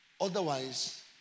Otherwise